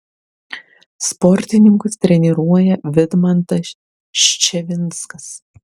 sportininkus treniruoja vidmantas ščevinskas